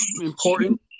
important